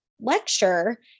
lecture